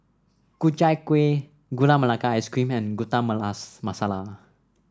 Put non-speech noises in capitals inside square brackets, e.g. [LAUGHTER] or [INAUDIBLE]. Ku Chai Kuih Gula Melaka Ice Cream and [UNINTELLIGIBLE] Masala